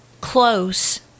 close